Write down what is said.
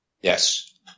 Yes